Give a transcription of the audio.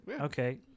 Okay